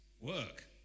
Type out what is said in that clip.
work